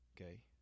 okay